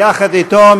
יחד איתו,